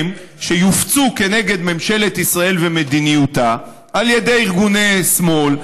שיופצו כנגד ממשלת ישראל ומדיניותה על ידי ארגוני שמאל,